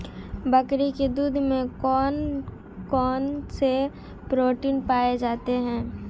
बकरी के दूध में कौन कौनसे प्रोटीन पाए जाते हैं?